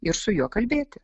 ir su juo kalbėti